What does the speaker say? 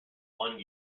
one